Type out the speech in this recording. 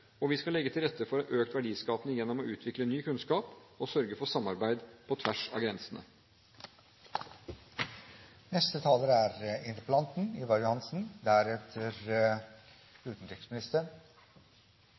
Vi skal legge til rette for økt verdiskaping gjennom å utvikle ny kunnskap og sørge for samarbeid på tvers av